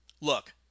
look